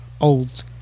old